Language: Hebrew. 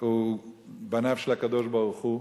הוא בנו של הקדוש-ברוך-הוא,